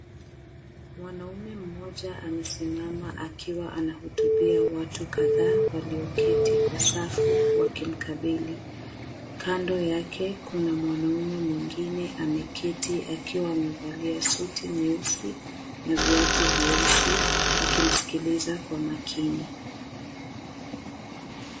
Mwanaume mmoja amesimama akiwa anahutubia watu kadhaa walioketi kwa safu wakimkabili. Kando yake kuna mwanaume mwingine ameketi akiwa amevalia suti nyeusi na viatu nyeusi akimsikiliza kwa makini.